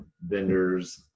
vendors